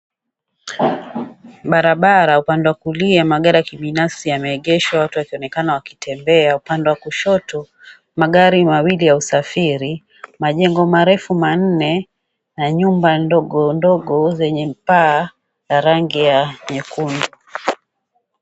Bara bara upande wa kulia, magari ya kibinafsi yameegeshwa, watu wakionekana wakitembea upande wa kushoto, magari mawili ya usafiri, majengo marefu manne, na nyumba ndogo ndogo zenye paa ya rangi ya nyekundu.